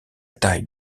taille